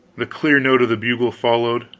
the clear note of the bugle followed,